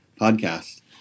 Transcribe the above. podcast